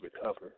recover